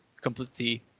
completely